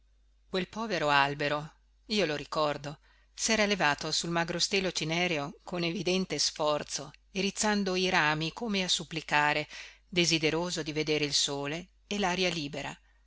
quel povero albero io lo ricordo sera levato sul magro stelo cinereo con evidente sforzo e rizzando i rami come a supplicare desideroso di vedere il sole e laria libera